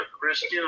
Christian